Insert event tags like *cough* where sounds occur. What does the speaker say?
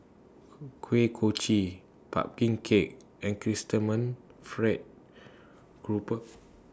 *unintelligible* Kuih Kochi Pumpkin Cake and Chrysanthemum Fried Garoupa